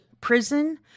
prison